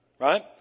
Right